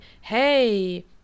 hey